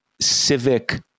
civic